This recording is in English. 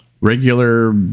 regular